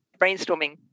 brainstorming